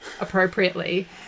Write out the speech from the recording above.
appropriately